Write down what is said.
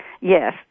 Yes